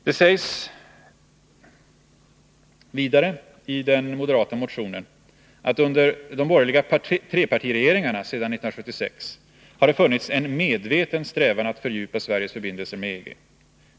Det sägs i motionen att under de borgerliga trepartiregeringarna sedan 1976 har det funnits en medveten strävan att fördjupa Sveriges förbindelser med EG.